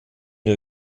new